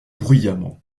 bruyamment